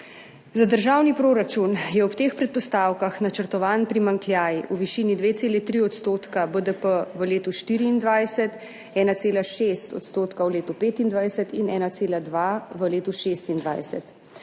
Za državni proračun je ob teh predpostavkah načrtovan primanjkljaj v višini 2,3 % BDP v letu 2024, 1,6 % v letu 2025 in 1,2 v letu 2026.